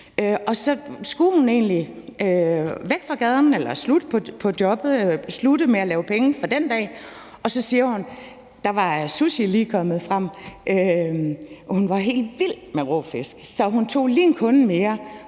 slutte på jobbet og slutte med at lave penge for den dag. Der var sushi lige kommet frem, og hun var helt vild med rå fisk, så hun tog lige en kunde mere